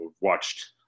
watched